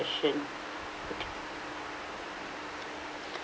question okay